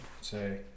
Say